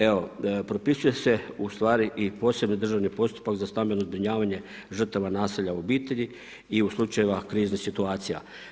Evo propisuje se, ustvari i posebni državni postupak za stambeno zbrinjavanje žrtava nasilja u obitelji i u slučajevima kriznih situacija.